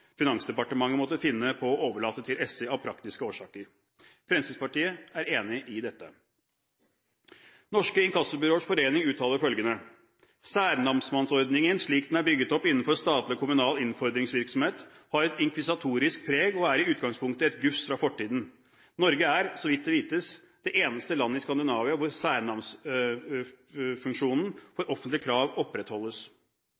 Finansdepartementet måtte finne på å overlate til SI av praktiske årsaker.» Fremskrittspartiet er enig i dette. Norske Inkassobyråers Forening uttaler følgende: «Særnamsmannsordningen, slik den er bygget opp innenfor statlig og kommunal innfordringsvirksomhet, har et inkvisitorisk preg og er i utgangspunktet et gufs fra fortiden. Norge er, så vidt vites, det eneste landet i Skandinavia hvor